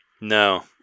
No